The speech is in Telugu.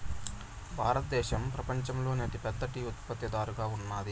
భారతదేశం పపంచంలోనే అతి పెద్ద టీ ఉత్పత్తి దారుగా ఉన్నాది